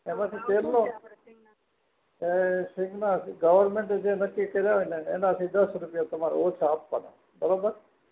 એમાંથી તેલનો ભાવ શું છે આપણે સીંગના ગવર્મેન્ટે જે નક્કી કર્યા હોય એનાથી દસ રૂપિયા તમારે ઓછા આપવાના બરાબર